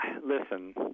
listen